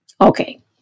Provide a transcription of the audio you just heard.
Okay